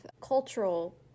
cultural